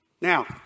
Now